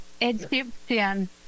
Egyptian